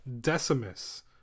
decimus